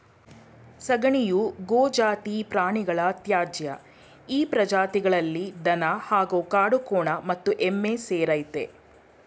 ಸಗಣಿಯು ಗೋಜಾತಿ ಪ್ರಾಣಿಗಳ ತ್ಯಾಜ್ಯ ಈ ಪ್ರಜಾತಿಗಳಲ್ಲಿ ದನ ಹಾಗೂ ಕಾಡುಕೋಣ ಮತ್ತು ಎಮ್ಮೆ ಸೇರಯ್ತೆ